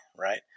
right